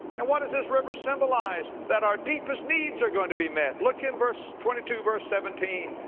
and what does this river symbolize? that our deepest needs are going to be met. look in verse twenty two verse seventeen,